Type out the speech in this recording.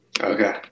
Okay